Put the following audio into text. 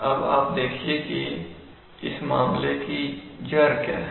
अब आप देखिए कि इस मामले की जड़ क्या है